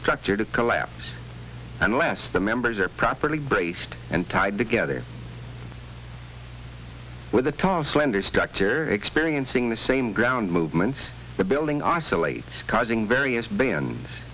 structure to collapse unless the members are properly braced and tied together with the top slender structure experiencing the same ground movement the building oscillate causing various b an